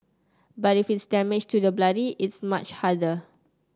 but if it's damage to the body it's much harder